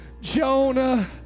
Jonah